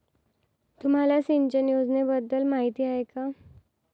तुम्हाला सिंचन योजनेबद्दल माहिती आहे का?